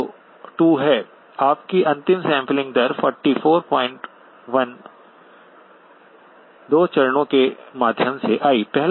तो 2 हैं आपकी अंतिम सैंपलिंग दर 441 2 चरणों के माध्यम से आई है